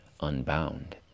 unbound